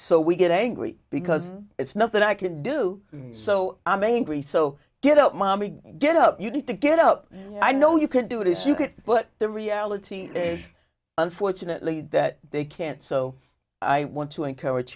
so we get angry because it's not that i can do so i'm angry so get out mommy get up you need to get up and i know you can do it if you could but the reality is unfortunately that they can't so i want to encourage